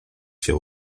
się